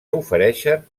ofereixen